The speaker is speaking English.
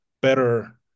better